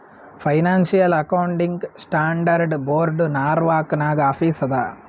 financial accounting standard board Norwalk ನಾಗ್ office ಅದಾ